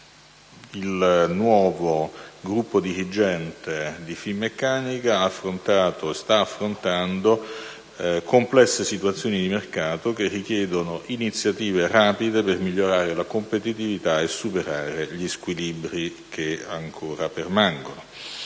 Il nuovo gruppo dirigente di Finmeccanica ha affrontato e sta affrontando complesse situazioni di mercato che richiedono iniziative rapide per migliorare la competitività e superare gli squilibri che ancora permangono.